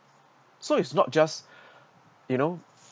so it's not just you know